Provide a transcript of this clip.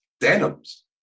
denims